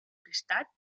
prestat